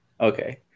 okay